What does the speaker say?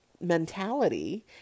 mentality